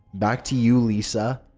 back to you, lisa.